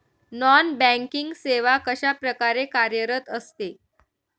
Non banking सेवा कशाप्रकारे कार्यरत असते?